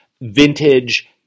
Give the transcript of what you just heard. vintage